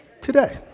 today